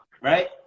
right